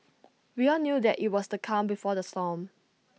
we all knew that IT was the calm before the storm